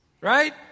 Right